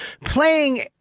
playing